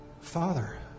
Father